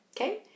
okay